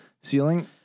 ceiling